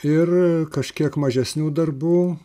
ir kažkiek mažesnių darbų